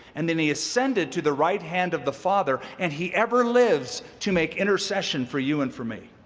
and then he ascended to the right hand of the father, and he ever lives to make intercession for you and for me.